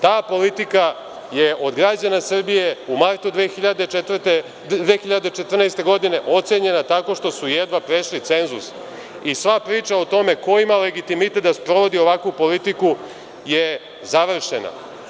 Ta politika je od građana Srbije u martu 2014. godine ocenjena tako što su jedva prešli cenzus i sva priča o tome ko ima legitimitet da sprovodi ovakvu politiku je završena.